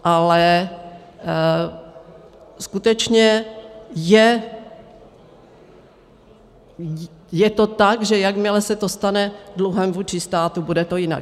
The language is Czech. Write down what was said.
Ale skutečně je to tak, že jakmile se to stane dluhem vůči státu, bude to jinak.